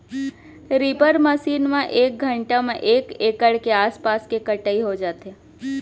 reaper machine म एक घंटा म एक एकड़ के आसपास के कटई हो जाथे